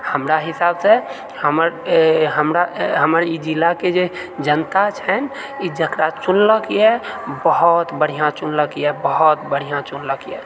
हमरा हिसाबसँ हमर हमरा हमर ई जिलाके जे जनता छनि ई जकरा चुनलक यए बहुत बढ़िआँ चुनलक यए बहुत बढ़िआँ चुनलक यए